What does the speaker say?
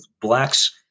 blacks